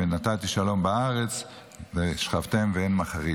"ונתתי שלום בארץ ושכבתם ואין מחריד".